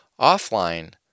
offline